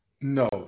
No